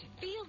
Feel